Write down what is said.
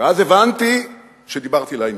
ואז הבנתי שדיברתי לעניין.